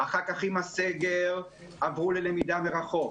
אחר כך עם הסגר עברו ללמידה מרחוק.